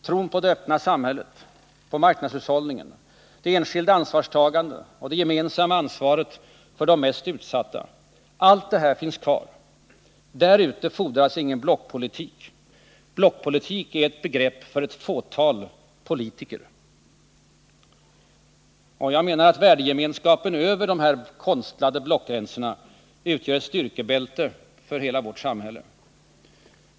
Tron på det öppna samhället, marknadshushållningen, det enskilda ansvarstagandet och det gemensamma ansvaret för de mest utsatta, allt detta finns kvar. Där ute frodas ingen blockpolitik. Blockpolitik är ett begrepp för ett fåtal politiker. Jag menar att värdegemenskapen över de här konstlade blockgränserna utgör ett styrkebälte för hela vårt samhälle.